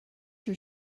your